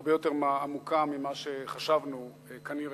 הרבה יותר עמוקה ממה שחשבנו כנראה.